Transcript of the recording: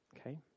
Okay